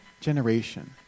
generation